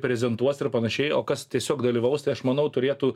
prezentuos ir panašiai o kas tiesiog dalyvaus tai aš manau turėtų